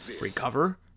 Recover